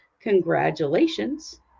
congratulations